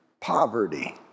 poverty